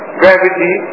gravity